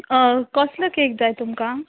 कसलो केक जाय तुमकां